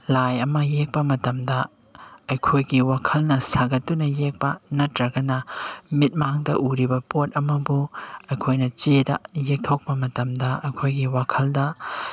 ꯂꯥꯏ ꯑꯃ ꯌꯦꯛꯄ ꯃꯇꯝꯗ ꯑꯩꯈꯣꯏꯒꯤ ꯋꯥꯈꯜꯅ ꯁꯥꯒꯠꯇꯨꯅ ꯌꯦꯛꯄ ꯅꯠꯇ꯭ꯔꯒꯅ ꯃꯤꯠꯃꯥꯡꯗ ꯎꯔꯤꯕ ꯄꯣꯠ ꯑꯃꯕꯨ ꯑꯩꯈꯣꯏꯅ ꯆꯦꯗ ꯌꯦꯛꯊꯣꯛꯄ ꯃꯇꯝꯗ ꯑꯩꯈꯣꯏꯒꯤ ꯋꯥꯈꯜꯗ